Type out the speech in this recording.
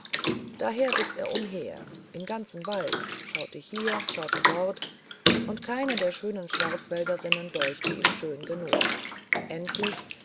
daher ritt er umher im ganzen wald schaute hier schaute dort und keine der schönen schwarzwälderinnen deuchte ihm schön genug endlich